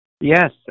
Yes